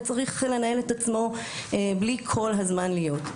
וצריך לנהל את עצמו בלי כל הזמן להיות.